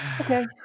Okay